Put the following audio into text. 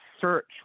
search